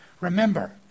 remember